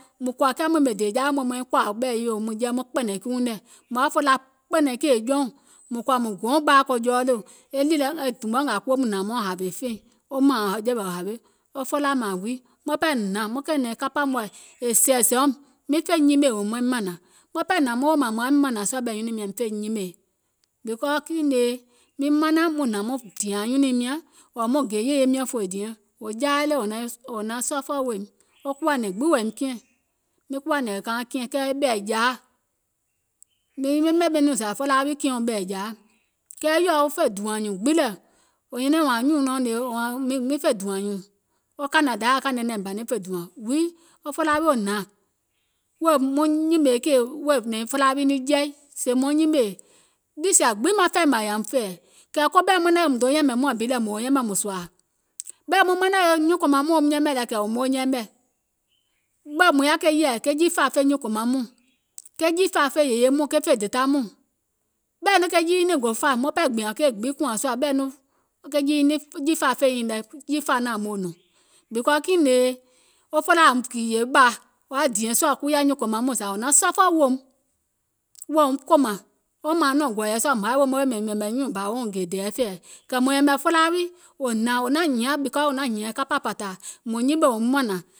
Mùŋ kɔ̀ȧ maŋ ɓèmè dèè jawè mɔɔ̀ŋ maŋ kòȧ ɓɛ̀i yòo maŋ kpɛ̀nɛ̀ŋ kiiuŋ nɛ̀, mùŋ yaȧ felaa kpɛ̀nɛ̀ŋ kèè jɔùŋ, mùŋ kɔ̀ȧ mùŋ gòuŋ ɓaȧ ko jɔɔlò, e dùùm mɔ̀ɛ kuwo maŋ hnȧŋ mauŋ hȧwè feìŋ wo mȧȧŋ jɛ̀wɛ̀i wo hawe, wo felaa mȧȧŋ wii maŋ pɛɛ hnȧŋ maŋ kɛ̀ɛ̀nɛ̀ŋ kapȧ mɔ̀ɛ̀ è sɛ̀ɛ̀sɛ̀ɛum miŋ fè nyimèè wèè maiŋ mȧnȧŋ, maŋ ɓɛɛ hnȧŋ mȧȧŋ mùŋ yaȧim mȧnȧŋ sùȧ ɓɛ̀ nyunùim nyȧŋ miŋ fè nyimèè, because kiìŋ nèè, miŋ manȧŋ muŋ hnȧŋ muŋ dìɛ̀ŋ nyunùim nyȧŋ, ɔ̀ɔ̀ muŋ gè yèye miɔ̀ŋ fòì diɛŋ, wò jaa yɛi le wò naŋ suffer weèim, wo kuwȧ nɛ̀ŋ gbiŋ wèè woim kiɛ̀ŋ, mìŋ kuwȧ è nɛ̀ŋ wèè kauŋ kiɛ̀ŋ kɛɛ e ɓɛ̀ɛ̀jȧa, miŋ ɓemè ɓɛìŋ nɔŋ zȧ felaa wii kiɛ̀ɔŋ ɓɛ̀ɛ̀jȧa, kɛɛ yɔ̀ɔ fè dùȧŋ nyùùŋ gbiŋ lɛ̀, wȧȧŋ miŋ fè dùȧŋ nyùùŋ, kȧnȧ dayȧa kȧìŋ nɛ naim banè fè dùȧŋ, huii, wo felaa wii wo hnȧŋ wèè maŋ nyìmèè kèè wèè nyɛ̀iŋ felaa wii niŋ jɛi, sèè maŋ nyimèè niì sìa gbiŋ maŋ fɛèmȧì yȧùm fɛ̀ɛ̀, kɛ̀ koɓɛ̀i manȧŋ weè maŋ yɛ̀mɛ̀ muȧŋ bi lɛ̀ mȧȧŋ yɛmɛ̀ mȧŋ sɔ̀ɔ̀ȧȧ, ɓɛ̀i manȧŋ weè nyuùŋ kòmaŋ mɔɔ̀ŋ woum yɛmɛ̀ lɛ kɛ̀ wò moo yɛmɛ̀, ɓɛ̀i mùŋ yaȧ ke yɛ̀ɛ̀ jiifȧa fè nyuùŋ kòmaŋ mɔɔ̀ŋ, ɓɛ̀i nɔŋ ke jii nyiŋ nɛɛ̀ŋ gò fȧ maŋ ɓɛɛ gbìȧŋ keì gbiŋ kùȧŋ sùȧ, because kiìŋ nèè, wo felaaȧ yȧùm gììyè ɓaȧ, wò yȧùm dìɛ̀ŋ sùȧ kuwiȧ nyuùŋ kòmaŋ mɔɔ̀ŋ, tiŋ zȧ wò naŋ suffer weèum, wo felaa wii hìȧŋ kapȧ pȧtà mȧŋ nyimèè wòum mȧnȧŋ,